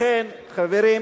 לכן, חברים,